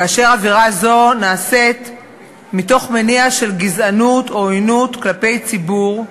כאשר עבירה זו נעשית מתוך מניע של גזענות או עוינות כלפי ציבור,